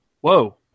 Whoa